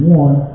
one